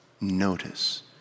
notice